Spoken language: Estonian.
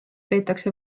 peetakse